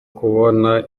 kubona